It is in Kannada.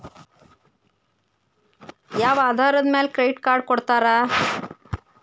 ಯಾವ ಆಧಾರದ ಮ್ಯಾಲೆ ಕ್ರೆಡಿಟ್ ಕಾರ್ಡ್ ಕೊಡ್ತಾರ?